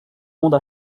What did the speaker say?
monde